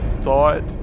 thought